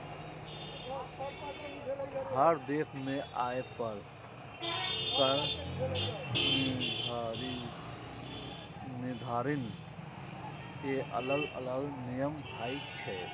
हर देश मे आय पर कर निर्धारण के अलग अलग नियम होइ छै